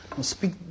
speak